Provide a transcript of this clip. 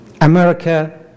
America